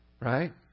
Right